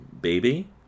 baby